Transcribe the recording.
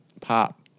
pop